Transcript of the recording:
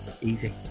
Easy